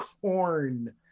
corn